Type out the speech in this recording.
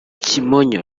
kimonyo